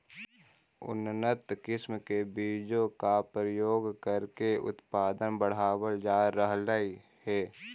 उन्नत किस्म के बीजों का प्रयोग करके उत्पादन बढ़ावल जा रहलइ हे